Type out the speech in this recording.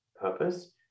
purpose